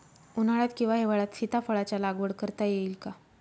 उन्हाळ्यात किंवा हिवाळ्यात सीताफळाच्या लागवड करता येईल का?